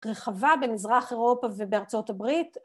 רחבה במזרח אירופה ובארצות הברית